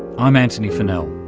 i'm antony funnell.